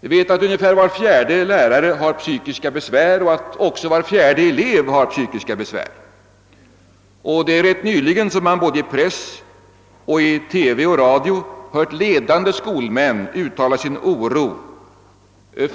Vi vet att ungefär var fjärde lärare har psykiska besvär och att också var fjärde elev har psykiska besvär. Det är rätt nyligen som man såväl i press som i TV och radio hörde ledande skolmän uttala sin oro